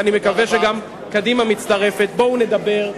ואני מקווה שגם קדימה מצטרפת: בואו נדבר.